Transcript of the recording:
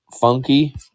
funky